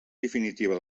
definitiva